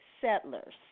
settlers